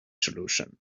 solution